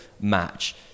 match